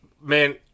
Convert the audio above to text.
Man